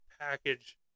package